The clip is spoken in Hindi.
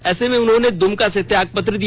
ऐसे में उन्होंने दुमका से त्यागपत्र दिया